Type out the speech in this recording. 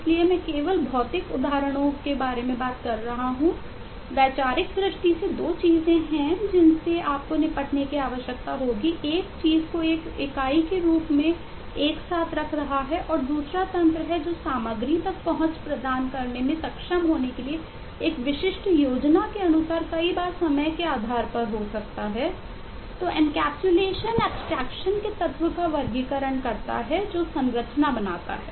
इसलिए इनकैप्सुलेशन के तत्व का वर्गीकरण करता है जो संरचना बनाता है